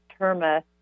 terma